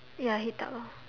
ya heat up lor